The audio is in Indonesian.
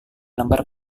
lembar